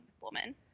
woman